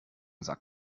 sack